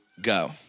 go